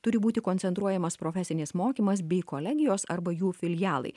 turi būti koncentruojamas profesinis mokymas bei kolegijos arba jų filialai